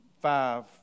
Five